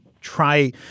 try –